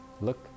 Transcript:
look